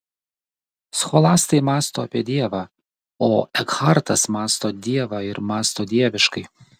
scholastai mąsto apie dievą o ekhartas mąsto dievą ir mąsto dieviškai